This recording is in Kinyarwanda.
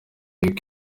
yuko